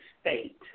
state